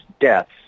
deaths